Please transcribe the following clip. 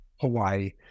Hawaii